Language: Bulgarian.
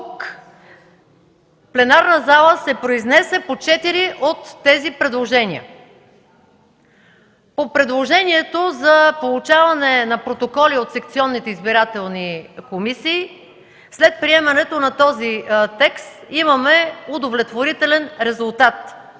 Дотук пленарната зала се произнесе по четири от тези предложения. По предложението за получаване на протоколи от секционните избирателни комисии след приемането на този текст имаме удовлетворителен резултат.